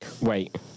Wait